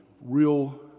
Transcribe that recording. real